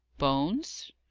bones?